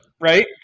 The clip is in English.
right